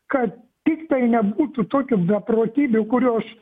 kad tiktai nebūtų tokių beprotybių kurios